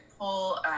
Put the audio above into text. pull